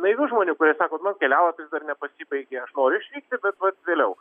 naivių žmonių kurie sako nu kelialapis dar nepasibaigė aš noriu išvykti bet vat vėliau